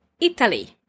Italy